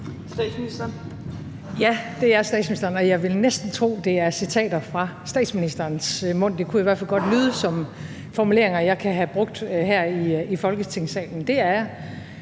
Frederiksen): Ja, det er statsministeren – og jeg vil næsten tro, at det er citater fra statsministerens mund, det kunne i hvert fald godt lyde som formuleringer, jeg kan have brugt her i Folketingssalen – det er